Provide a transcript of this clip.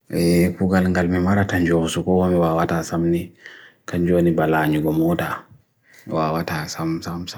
e koo galangal me mara tanjo suko wami wawata samni kanjo ani balan yo gomoda wawata sam sam sam